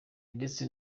ndetse